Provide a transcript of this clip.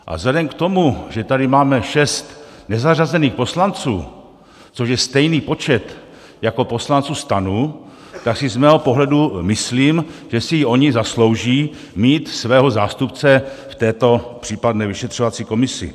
A vzhledem k tomu, že tady máme šest nezařazených poslanců, což je stejný počet jako poslanců STAN, tak si z mého pohledu myslím, že si i oni zaslouží mít svého zástupce v této případné vyšetřovací komisi.